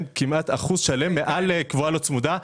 כמעט אחוז שלם מעל קבועה לא צמודה,